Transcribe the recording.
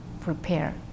prepare